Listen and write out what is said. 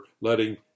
letting